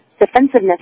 defensiveness